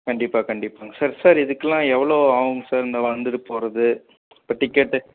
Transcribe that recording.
கண்டிப்பாக கண்டிப்பாங்க sir sir இதுக்கெல்லாம் எவ்வளோ ஆகுங்க சார் இந்த வந்தது போகறது இப்போ டிக்கெட்டு